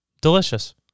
Delicious